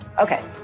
Okay